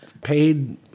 paid